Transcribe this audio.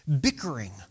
bickering